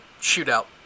shootout